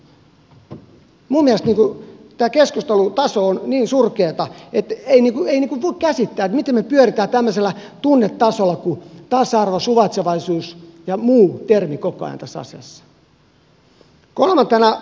minun mielestäni tämän keskustelun taso on niin surkeata että ei voi käsittää miten pyöritään tämmöisellä tunnetasolla kuin nyt käytettäessä tasa arvo suvaitsevaisuus ja muita termejä koko ajan tässä asiassa